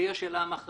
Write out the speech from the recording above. שהיא השאלה המכרעת,